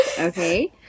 okay